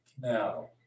now